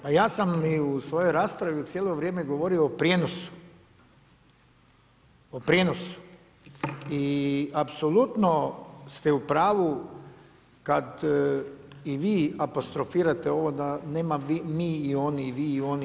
Pa ja sam i u svojoj raspravi cijelo vrijeme govorio o prijenosu, o prijenosu i apsolutno ste u pravu kad i vi apostrofirate ovo da nema mi i oni, vi i oni itd.